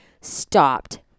stopped